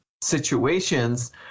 situations